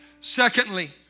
Secondly